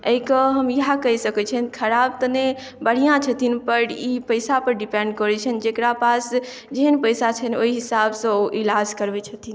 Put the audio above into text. एहि के हम इएह कहि सकै छियन खराब तऽ नहि बढ़ियाॅं छथिन पर ई पैसा पर डिपेंड करै छनि जेकरा पास जेहन पैसा छनि ओहि हिसाबसँ ओ इलाज करबै छथिन